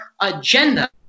agenda